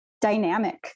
dynamic